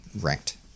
ranked